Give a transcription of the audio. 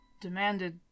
demanded